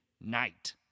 night